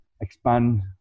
expand